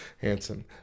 Hansen